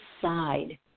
side